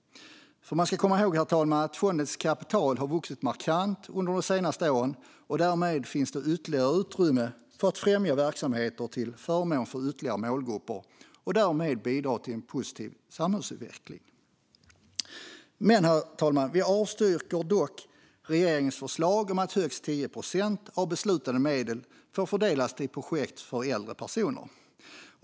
Man ska komma ihåg att fondens kapital har vuxit markant de senaste åren. Därmed finns det mer utrymme för att främja verksamheter till förmån för ytterligare målgrupper och därmed bidra till en positiv samhällsutveckling. Herr talman! Vi avstyrker dock regeringens förslag om att högst 10 procent av beslutade medel får fördelas till projekt för äldre personer.